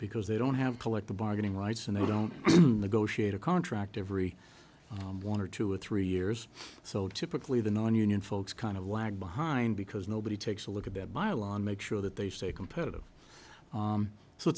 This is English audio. because they don't have collective bargaining rights and they don't negotiate a contract every one or two or three years so typically the nonunion folks kind of lag behind because nobody takes a look at that by law and make sure that they stay competitive